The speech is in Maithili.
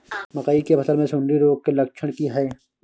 मकई के फसल मे सुंडी रोग के लक्षण की हय?